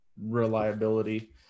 Reliability